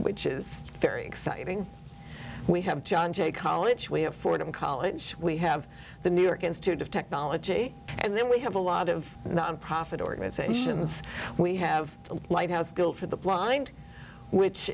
which is very exciting we have john j college we have for them college we have the new york institute of technology and then we have a lot of nonprofit organizations we have a lighthouse bill for the blind which